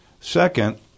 Second